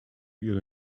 ihre